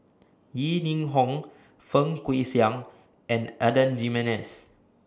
Yeo Ning Hong Fang Guixiang and Adan Jimenez